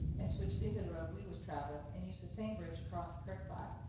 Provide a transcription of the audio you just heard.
and switched into the road we was travelling, and used the same bridge to cross the crick by.